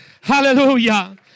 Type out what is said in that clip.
Hallelujah